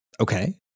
Okay